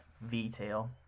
V-tail